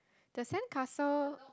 the sandcastle